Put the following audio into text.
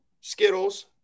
Skittles